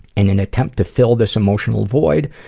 and in attempt to fill this emotional void,